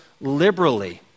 liberally